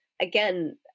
again